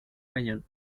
cañón